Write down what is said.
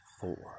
four